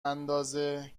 اندازه